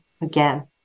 again